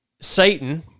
Satan